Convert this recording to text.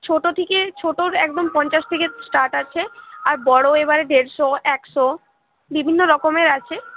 ছোটো থেকে ছোটোর একদম পঞ্চাশ থেকে স্টার্ট আছে আর বড় এবারে দেড়শো একশো বিভিন্ন রকমের আছে